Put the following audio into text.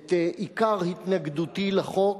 את עיקר התנגדותי לחוק,